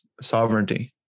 sovereignty